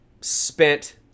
spent